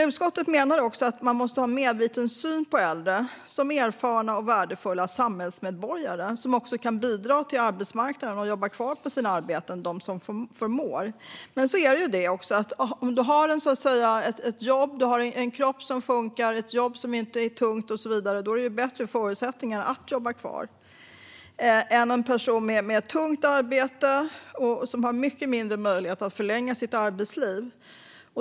Utskottet menar att man måste ha en medveten syn på äldre som erfarna och värdefulla samhällsmedborgare som också kan bidra till arbetsmarknaden och jobba kvar på sina arbeten - de som förmår. Om du har ett jobb som inte är tungt och en kropp som funkar har du bättre förutsättningar att stanna kvar än om du är en person med tungt arbete. Då har du mycket mindre möjlighet att förlänga ditt arbetsliv.